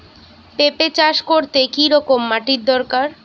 পেঁপে চাষ করতে কি রকম মাটির দরকার?